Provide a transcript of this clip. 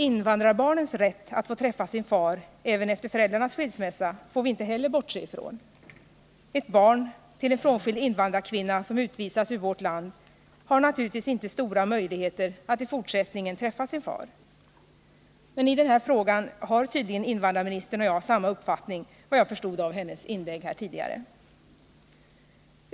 Invandrarbarnens rätt att få träffa sin far även efter föräldrarnas skilsmässa får vi inte heller bortse från. Ett barn till en frånskild invandrarkvinna som utvisas ur vårt land har naturligtvis inte stora möjligheter att i fortsättningen få träffa sin far. Men i den här frågan har tydligen invandrarministern och jag samma uppfattning, enligt vad jag förstod av hennes inlägg här tidigare.